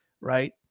Right